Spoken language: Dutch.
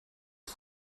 het